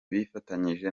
bifatanyije